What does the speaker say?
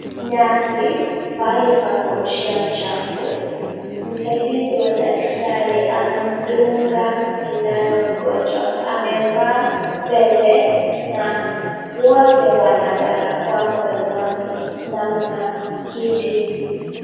Nesi, pahali pa kurushia uchafu. Msaidizi wa daktari anamdunga sindano mgonjwa, amevaa pete na wote Wana barakoa mdomoni na mna kiti.